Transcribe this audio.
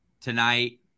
tonight